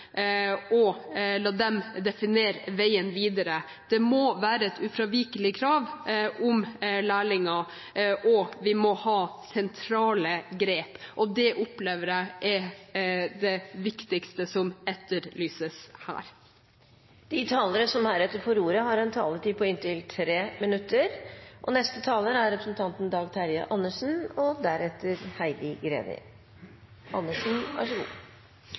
og la dem definere veien videre. Det må være et ufravikelig krav om lærlinger, og vi må ta sentrale grep. Det opplever jeg er det viktigste som etterlyses her. De talere som heretter får ordet, har en taletid på inntil 3 minutter.